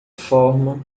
forma